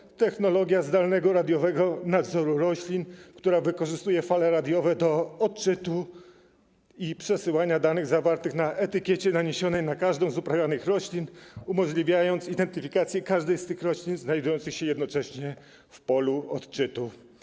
Jest to technologia zdalnego radiowego nadzoru roślin, która wykorzystuje fale radiowe do odczytu i przesyłania danych zawartych na etykiecie naniesionej na każdą z uprawianych roślin, umożliwiając identyfikację każdej z tych roślin znajdujących się jednocześnie w polu odczytów.